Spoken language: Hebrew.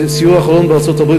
בסיור אחרון בארה"ב,